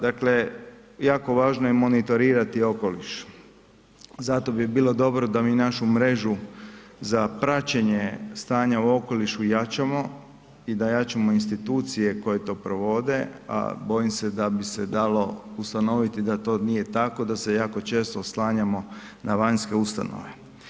Dakle jako važno je monitorirati okoliš, zato bi bilo dobro da mi našu mrežu za praćenje stanje u okolišu jačamo i da jačamo institucije koje to provode, a bojim se da bi se dalo ustanoviti da to nije tako, da se jako često oslanjamo na vanjske ustanove.